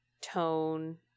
tone